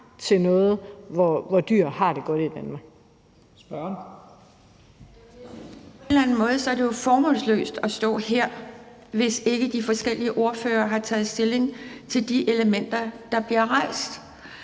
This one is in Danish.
Pia Kjærsgaard (DF): Jo, men jeg synes på en eller anden måde, det er formålsløst at stå her, hvis ikke de forskellige ordførere har taget stilling til de elementer, der bliver rejst.